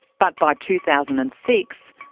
but by two thousand and six,